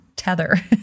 tether